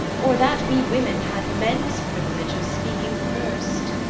or that we women had men's privilege of speaking first.